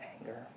anger